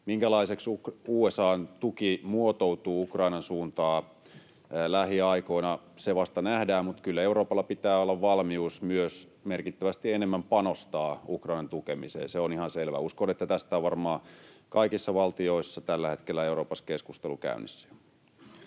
Minkälaiseksi USA:n tuki muotoutuu Ukrainan suuntaan lähiaikoina, se vasta nähdään, mutta kyllä Euroopalla pitää olla valmius myös merkittävästi enemmän panostaa Ukrainan tukemiseen, se on ihan selvä. Uskon, että tästä on varmaan kaikissa valtioissa tällä hetkellä Euroopassa keskustelu käynnissä.